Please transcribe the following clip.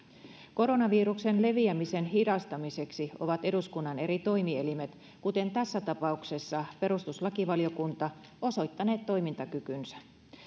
koronaviruksen leviämisen hidastamiseksi ovat eduskunnan eri toimielimet kuten tässä tapauksessa perustuslakivaliokunta osoittaneet toimintakykynsä